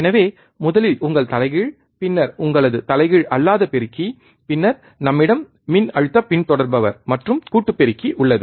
எனவே முதலில் உங்கள் தலைகீழ் பின்னர் உங்களது தலைகீழ் அல்லாத பெருக்கி பின்னர் நம்மிடம் மின்னழுத்த பின்தொடர்பவர் மற்றும் கூட்டு பெருக்கி உள்ளது